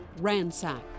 ransacked